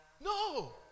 no